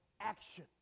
action